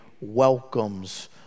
welcomes